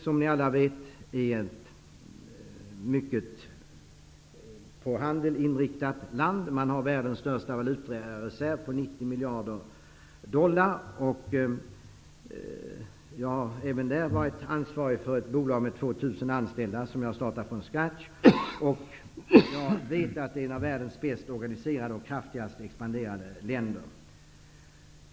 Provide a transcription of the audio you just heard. Som ni alla vet är Taiwan till stor del inriktat på handel och har världens största valutareserv på 90 miljarder dollar. Även där har jag varit ansvarig för ett bolag, med 2 000 anställda, vilket jag startade från ''scratch''. Jag vet också att det är ett av världens bäst organiserade och kraftigast expanderande länder.